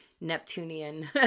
Neptunian